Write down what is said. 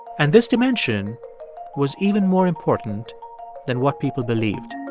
and this dimension was even more important than what people believed.